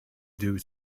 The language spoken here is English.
due